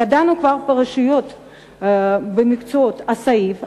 ידענו כבר פרשיות במקצועות הסיף,